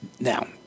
Now